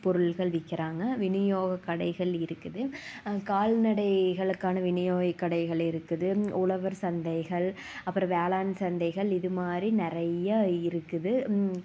பொருள்கள் விற்கறாங்க விநியோக கடைகள் இருக்குது கால்நடைகளுக்கான விநியோக கடைகள் இருக்குது உழவர் சந்தைகள் அப்புறம் வேளாண் சந்தைகள் இது மாதிரி நிறையா இருக்குது